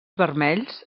vermells